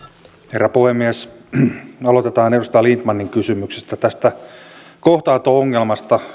herra puhemies aloitetaan edustaja lindtmanin kysymyksestä tästä kohtaanto ongelmasta